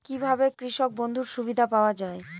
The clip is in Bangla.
কি ভাবে কৃষক বন্ধুর সুবিধা পাওয়া য়ায়?